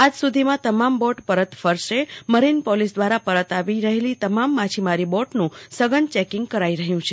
આજ સુધીમાં તમામ બોટ પરત ફરશે મરીન પોલીસ દ્વારા પરત આવી રહેલી તમામ માછીમારી બોટનું સઘન ચેકીંગ કરાઇ રહ્યું છે